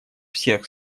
всех